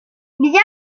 bien